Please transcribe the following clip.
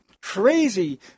crazy